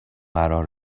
قرار